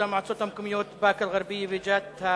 המועצות המקומיות באקה-אל-ע'רביה וג'ת),